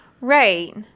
Right